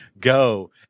Go